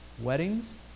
Weddings